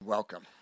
welcome